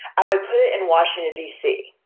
i would put it in washington, d c.